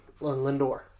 Lindor